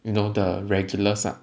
you know the regular suck